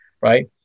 right